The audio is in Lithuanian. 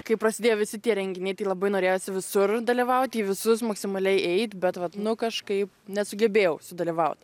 kai prasidėjo visi tie renginiai tai labai norėjosi visur dalyvauti į visus maksimaliai eit bet vat nu kažkaip nesugebėjau sudalyvaut